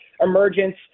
emergence